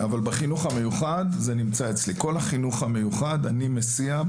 אבל בחינוך המיוחד זה נמצא אצלי בכל החינוך המיוחד אני מסיע,